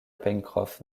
pencroff